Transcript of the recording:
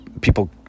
People